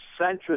centrist